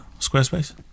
Squarespace